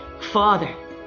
Father